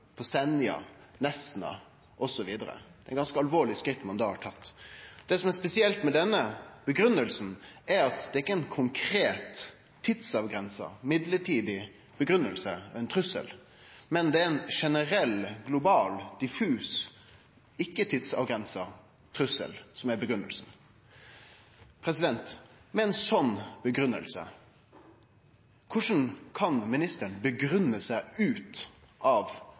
på Senja, i Nesna osv., er det ganske alvorlege skritt ein har tatt. Det som er spesielt med grunngjevinga, er at det ikkje er ein konkret, tidsavgrensa, mellombels trussel, men det er ein generell, global, diffus, ikkje-tidsavgrensa trussel som er grunngjevinga. Med ei slik grunngjeving, korleis kan ministeren grunngje seg ut av